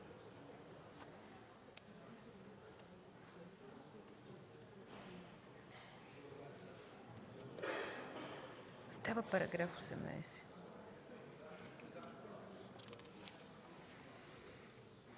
С това параграфът